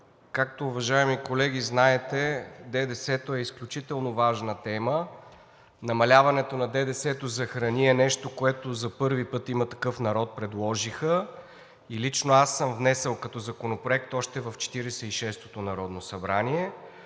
Както, уважаеми колеги, знаете, ДДС е изключително важна тема. Намаляването на ДДС за храни е нещо, което за първи път „Има такъв народ“ предложиха и лично аз съм внесъл като законопроект още в Четиридесет и шестото народно събрание.